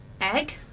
egg